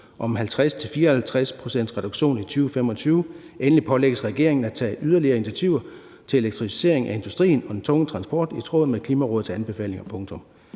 om 50-54 pct. reduktion i 2025. Endelig pålægges regeringen at tage yderligere initiativer til elektrificering af industrien og den tunge transport i tråd med Klimarådets anbefalinger.«